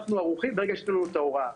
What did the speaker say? אנחנו ערוכים ברגע שיש לנו את ההוראה.